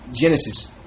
Genesis